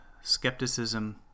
skepticism